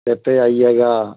लेते आइएगा